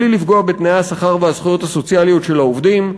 בלי לפגוע בתנאי השכר והזכויות הסוציאליות של העובדים.